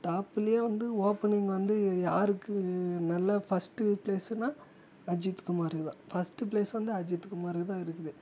டாப்பில் வந்து ஓப்பனிங் வந்து யாருக்கு நல்லா ஃபர்ஸ்ட்டு ப்ளேஸ்னா அஜித்குமார் தான் ஃபர்ஸ்ட்டு ப்ளேஸ் வந்து அஜித்துகுமார்க்கு தான் இருக்குது